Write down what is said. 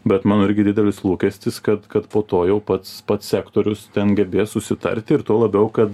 bet mano irgi didelis lūkestis kad kad po to jau pats pats sektorius ten gebės susitarti ir tuo labiau kad